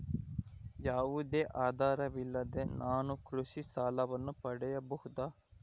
ಯಾವುದೇ ಆಧಾರವಿಲ್ಲದೆ ನಾನು ಕೃಷಿ ಸಾಲವನ್ನು ಪಡೆಯಬಹುದಾ?